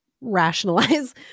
rationalize